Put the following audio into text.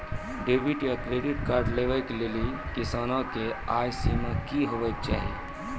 Debit या credit card लेवाक लेल किसानक आय सीमा की हेवाक चाही?